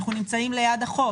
אנחנו נמצאים ליד החוף